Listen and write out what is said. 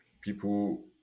People